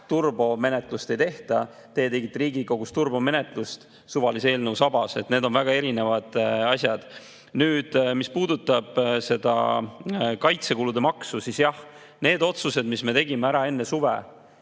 turbomenetlust ei tehta. Teie tegite Riigikogus turbomenetlust suvalise eelnõuga. Need on väga erinevad asjad. Mis puudutab kaitsekulude maksu, siis jah, need otsused, mis me tegime ära enne suve,